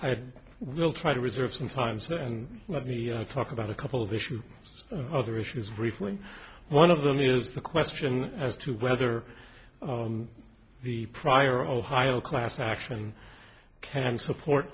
had will try to reserve sometimes and let me talk about a couple of vision other issues briefly one of them is the question as to whether the prior ohio class action can support